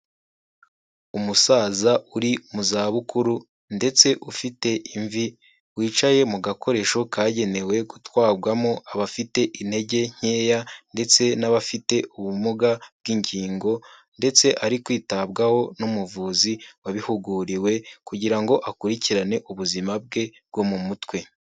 Umusaza uri mu zabukuru ndetse ufite imvi, wicaye mu gakoresho kagenewe gutwarwamo abafite intege nkeya ndetse n'abafite ubumuga bw'ingingo ndetse ari kwitabwaho n'umuvuzi wabihuguriwe kugira ngo akurikirane ubuzima bwe bwo mu mutwe.